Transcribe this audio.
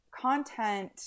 content